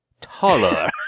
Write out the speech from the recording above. taller